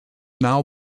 now